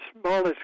smallest